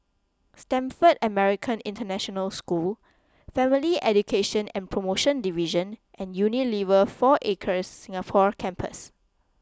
Stamford American International School Family Education and Promotion Division and Unilever four Acres Singapore Campus